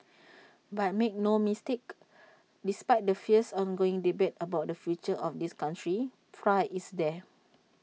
but make no mistake despite the fierce ongoing debate about the future of this country pride is there